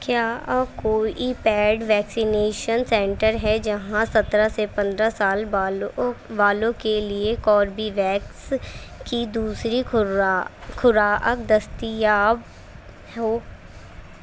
کیا کوئی paid vaccination centre ہے جہاں سترہ سے پندرہ سال والوں والوں کے لیے کوربی ویکس کی دوسری خوراک خوراک دستیاب ہو